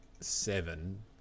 seven